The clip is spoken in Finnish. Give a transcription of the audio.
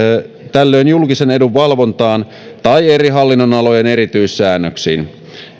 tällöin julkisen edun valvontaan tai eri hallin nonalojen erityissäännöksiin